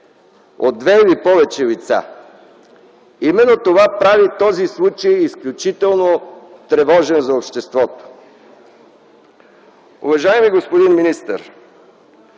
от две или повече лица. Именно това прави този случай изключително тревожен за обществото. Уважаеми господин министър,